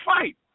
fight